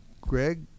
Greg